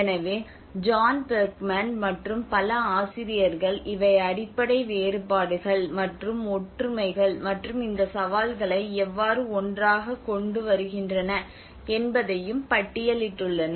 எனவே John Bergman மற்றும் பல ஆசிரியர்கள் இவை அடிப்படை வேறுபாடுகள் மற்றும் ஒற்றுமைகள் மற்றும் இந்த சவால்களை எவ்வாறு ஒன்றாகக் கொண்டுவருகின்றன என்பதையும் பட்டியலிட்டுள்ளனர்